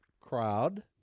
crowd